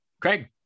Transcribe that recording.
Craig